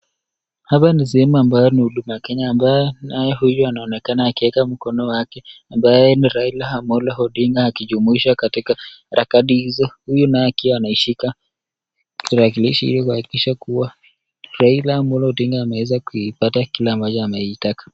Hapa ni sehemu ambayo ni huduma Kenya ambayo naye huyu anaonekana akiweka mkono wake ambaye ni Raila Amolo Odinga akijijumuisha katika harakati hizo huyu naye akiwa anaishika kiwakilishi hicho kuhakikisha kuwa Raila Amolo Odinga anaweza kuipata kile ambacho anakiitaka.